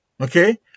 Okay